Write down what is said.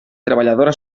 treballadora